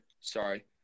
Sorry